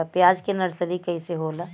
प्याज के नर्सरी कइसे होला?